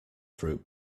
fruit